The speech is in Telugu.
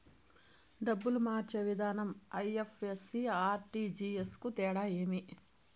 డబ్బులు మార్చే విధానం ఐ.ఎఫ్.ఎస్.సి, ఆర్.టి.జి.ఎస్ కు తేడా ఏమి?